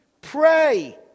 pray